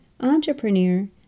entrepreneur